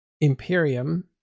Imperium